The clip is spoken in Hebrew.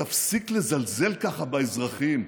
תפסיק לזלזל ככה באזרחים,